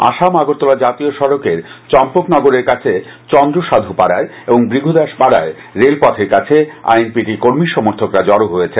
আসাম আগরতলার জাতীয় সডকের কম্পকনগরের কাছে চন্দ্রসাধুপাডার এবং ভৃত্তদাস পাড়ায় রেলপথের কাছে আইএনপিটি র কর্মী সমর্থকরা জড়ো হয়েছেন